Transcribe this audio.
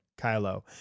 Kylo